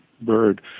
bird